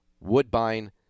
Woodbine